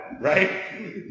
Right